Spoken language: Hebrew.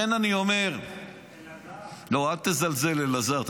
אל תזלזל, אלעזר.